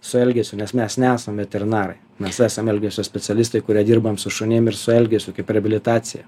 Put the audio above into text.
su elgesiu nes mes nesam veterinarai mes esam elgesio specialistai kurie dirbam su šunim ir su elgesiu reabilitacija